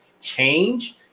change